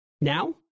Now